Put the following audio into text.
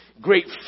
Great